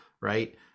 right